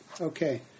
Okay